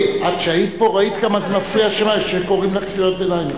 כשהיית פה ראית כמה שזה מפריע שקוראים לך קריאות ביניים.